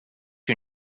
you